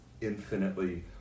infinitely